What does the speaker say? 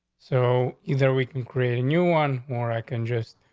so either we can create a new one more. i can just,